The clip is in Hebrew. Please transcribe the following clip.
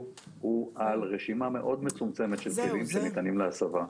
הוא על רשימה מאוד מצומצמת של כלים שניתנים להסבה.